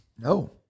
No